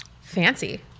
Fancy